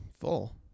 full